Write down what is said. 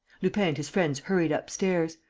lupin and his friends hurried upstairs.